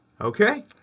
Okay